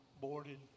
boarded